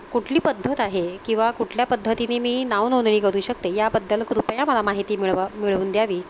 कुठली पद्धत आहे किंवा कुठल्या पद्धतीने मी नावनोंदणी करू शकते याबद्दल कृपया मला माहिती मिळवा मिळवून द्यावी